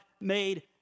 made